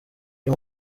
iyo